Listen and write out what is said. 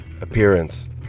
appearance